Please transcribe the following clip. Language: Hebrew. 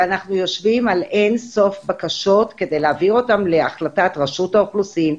אנחנו יושבים על אין-סוף בקשות כדי להעביר אותן להחלטת רשות האוכלוסין,